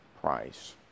price